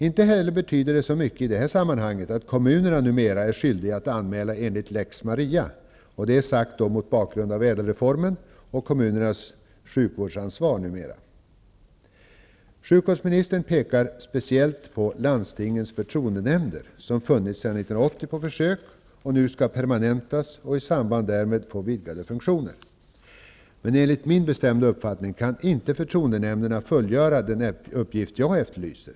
Det betyder heller inte så mycket i detta sammanhang att kommunerna numera är skyldiga att göra anmälan enligt lex Maria. Detta sagt mot bakgrund av ÄDEL-reformen och det sjukvårdsansvar som kommunerna numera har. Sjukvårdsministern pekar speciellt på landstingens förtroendenämnder, vilka funnits på försök sedan 1980 och nu skall permanentas och i samband därmed få vidare funktioner. Enligt min bestämda uppfattning kan förtroendenämnderna inte fullgöra den uppgift jag efterlyser.